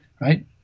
right